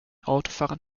autofahrern